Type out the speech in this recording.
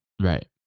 Right